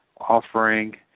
offering